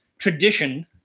tradition